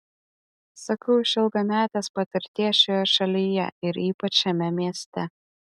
sakau iš ilgametės patirties šioje šalyje ir ypač šiame mieste